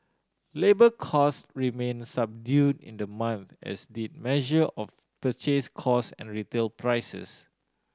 labour costs remained subdued in the month as did measure of purchase costs and retail prices